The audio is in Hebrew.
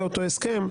הסכם,